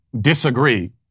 disagree